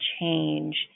change